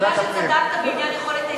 בגלל שצדקת בעניין יכולת ההשתכרות,